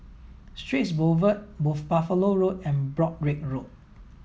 Straits Boulevard Buffalo Road and Broadrick Road